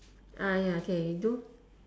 ah ya k we do